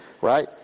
right